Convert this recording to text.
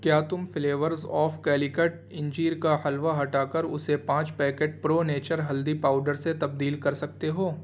کیا تم flavours of Calicut انجیر کا حلوہ ہٹا کر اسے پانچ پیکٹ پرو نیچر ہلدی پاؤڈر سے تبدیل کر سکتے ہو